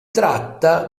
tratta